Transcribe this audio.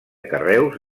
carreus